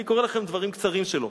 אני קורא לכם דברים קצרים שלו: